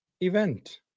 event